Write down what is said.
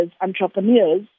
entrepreneurs